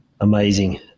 Amazing